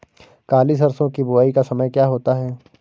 काली सरसो की बुवाई का समय क्या होता है?